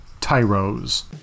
Tyros